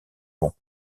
bon